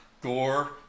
Gore